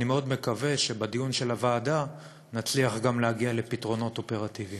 אני מקווה מאוד שבדיון של הוועדה נצליח גם להגיע לפתרונות אופרטיביים.